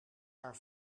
haar